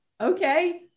okay